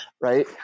right